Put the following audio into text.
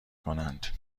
کنند